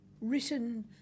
written